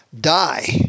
Die